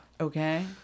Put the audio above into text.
Okay